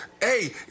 hey